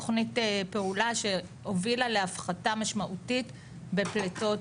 תוכנית פעולה שהובילה להפחתה משמעותית בפלטות,